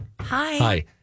Hi